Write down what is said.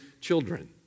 children